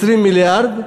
20 מיליארד,